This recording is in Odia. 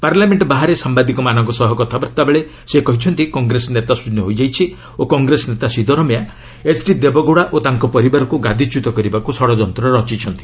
ପାର୍ଲାମେଣ୍ଟ ବାହାରେ ସାମ୍ଭାଦିକମାନଙ୍କ ସହ କଥାବାର୍ତ୍ତାବେଳେ ସେ କହିଛନ୍ତି କଂଗ୍ରେସ ନେତାଶୃନ୍ୟ ହୋଇଯାଇଛି ଓ କଂଗ୍ରେସ ନେତା ସିଦ୍ଦରମେୟା ଏଚ୍ଡି ଦେବଗୌଡ଼ା ଓ ତାଙ୍କ ପରିବାରକୁ ଗାଦିଚ୍ୟୁତ କରିବାକୁ ଷଡ଼ଯନ୍ତ ରଚିଛନ୍ତି